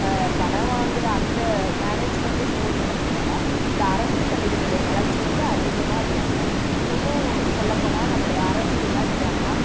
ப பணம் வாங்குகிற அந்த மேனேஜ்மெண்டு ஸ்கூலுங்களை விட இந்த அரசுப் பள்ளிகளுடைய வளர்ச்சி வந்து அதிகமாக இருக்காங்க இன்னும் சொல்லப் போனால் நம்முடைய அரசு என்ன சொல்கிறாங்கன்னா